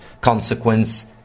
consequence